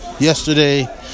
Yesterday